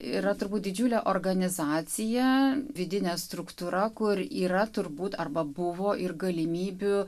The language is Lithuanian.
yra turbūt didžiulė organizacija vidinė struktūra kur yra turbūt arba buvo ir galimybių